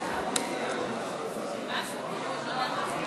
מרצ להביע אי-אמון בממשלה לא נתקבלה.